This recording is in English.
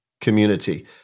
community